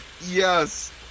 yes